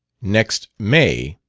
next may